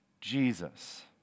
Jesus